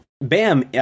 bam